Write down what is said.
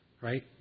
right